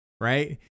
right